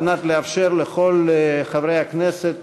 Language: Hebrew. על מנת לאפשר לכל חברי הכנסת,